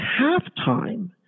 halftime